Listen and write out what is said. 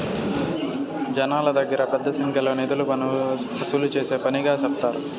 జనాల దగ్గర పెద్ద సంఖ్యలో నిధులు వసూలు చేసే పనిగా సెప్తారు